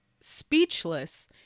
speechless